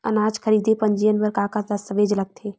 अनाज खरीदे के पंजीयन बर का का दस्तावेज लगथे?